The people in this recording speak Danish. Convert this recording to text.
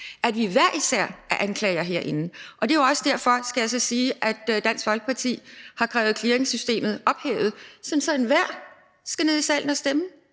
at vi hver især er anklagere herinde, og det er jo også derfor, skal jeg så sige, at Dansk Folkeparti har krævet clearingssystemet ophævet, sådan at enhver skal ned i salen og stemme